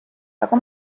aga